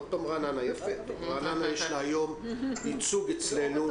לרעננה יש היום ייצוג אצלנו.